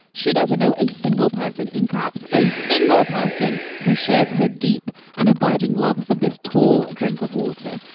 she doesn't know a single person in caps, a single person who shares her deep and abiding love for this tall drink of water.